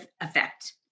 effect